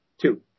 Two